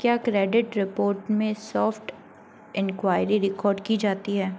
क्या credit report में soft inquiry record की जाती है